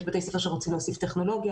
יש בתי ספר שרוצים להוסיף טכנולוגיה